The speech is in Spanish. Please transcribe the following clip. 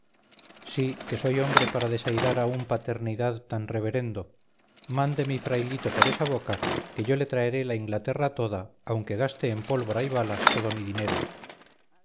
sí que soy hombre para desairar a un paternidadtan reverendo mande mi frailito por esa boca que yo le traeré la inglaterra toda aunque gaste en pólvora y balas todo mi dinero